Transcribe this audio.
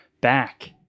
back